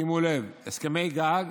שימו לב, הסכמי גג